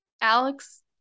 alex